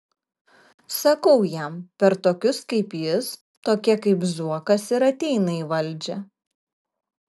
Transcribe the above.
sakau jam per tokius kaip jis tokie kaip zuokas ir ateina į valdžią